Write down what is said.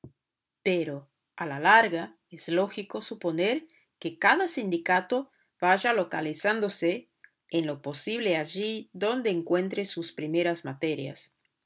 pero a la larga es lógico suponer que cada sindicato vaya localizándose en lo posible allí donde encuentre sus primeras materias